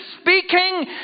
speaking